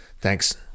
Thanks